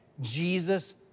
Jesus